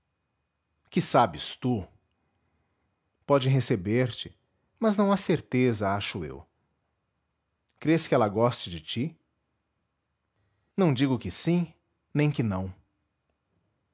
tu pode receber te mas não há certeza acho eu crês que ela goste de ti não digo que sim nem que não